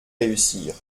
réussir